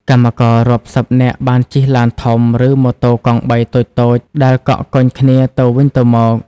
កម្មកររាប់សិបនាក់បានជិះឡានធំ ឬម៉ូតូកង់បីតូចៗដែលកកកុញគ្នាទៅវិញទៅមក។